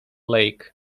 lake